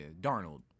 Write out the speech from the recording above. Darnold